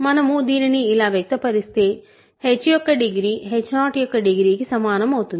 మనము దీనిని ఇలా వ్యక్తపరిస్తే h యొక్క డిగ్రీ h0యొక్క డిగ్రీ కి సమానం అవుతుంది